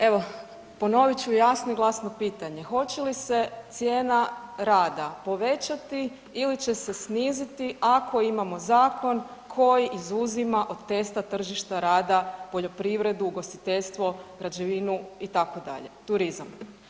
Evo, ponovit ću jasno i glasno pitanje, hoće li se cijena rada povećati ili će se sniziti ako imamo zakon koji izuzima od testa tržišta rada poljoprivredu, ugostiteljstvo, građevinu, itd., turizam.